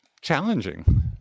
challenging